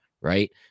Right